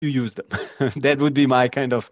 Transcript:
That would be my kind of...